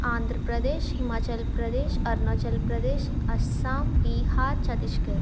Andhra Pradesh Himachal Pradesh Arunachal Pradesh Assam Bihar Chhattisgarh